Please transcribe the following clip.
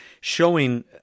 showing